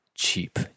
Cheap